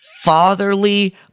fatherly